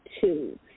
two